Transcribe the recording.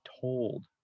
told